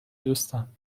دوستم